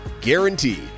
Guaranteed